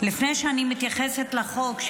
לפני שאני מתייחסת לחוק,